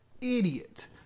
idiot